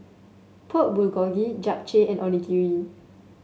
Pork Bulgogi Japchae and Onigiri